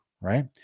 Right